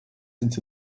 into